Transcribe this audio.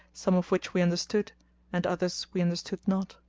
some of which we understood and others we understood not.